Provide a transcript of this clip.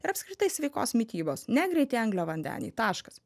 ir apskritai sveikos mitybos ne greiti angliavandeniai taškas